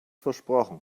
versprochen